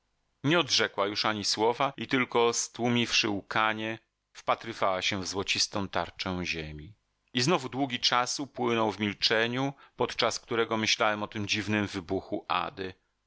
nie odrzekła już ani słowa i tylko stłumiwszy łkanie wpatrywała się w złocistą tarczę ziemi i znowu długi czas upłynął w milczeniu podczas którego myślałem o tym dziwnym wybuchu ady